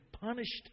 punished